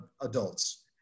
adults